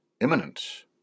imminent